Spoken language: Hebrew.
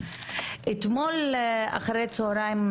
אתמול אחר-הצהריים,